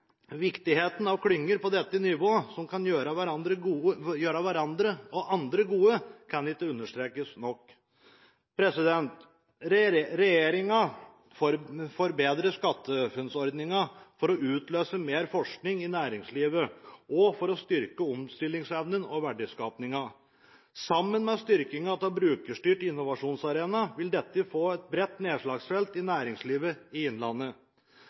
Viktigheten av klynger på dette nivået, som kan gjøre hverandre og andre gode, kan ikke understrekes nok. Regjeringen forbedrer SkatteFUNN-ordningen for å utløse mer forskning i næringslivet og for å styrke omstillingsevnen og verdiskapingen. Sammen med styrkingen av Brukerstyrt innovasjonsarena vil dette få et bredt nedslagsfelt i næringslivet i Innlandet.